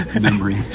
memory